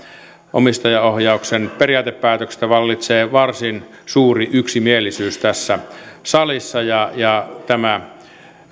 omistajaohjauksen periaatepäätöksestä vallitsee varsin suuri yksimielisyys tässä salissa ja ja